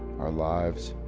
our lives,